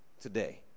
today